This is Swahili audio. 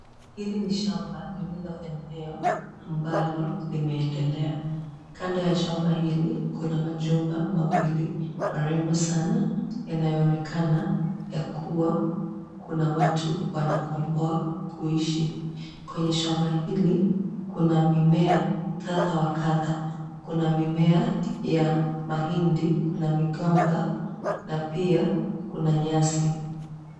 Hili ni shamba lililo eneo ambalo limeendelea. Kando ya shamba hili kuna majumba mawili marembo sana yanayoonekaka ya kuwa kuna watu wanakomboa kuishi. Kwenye shamba hili, kuna mimea kadha wa kadha. Kuna mimea ya mahindi, kuna migomba na pia kuna nyasi.